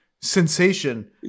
sensation